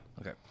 okay